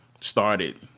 started